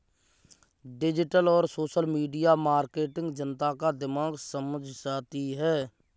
digital और social media marketing जनता का दिमाग समझ जाती है